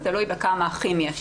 תלוי כמה אחים יש.